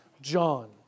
John